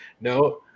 No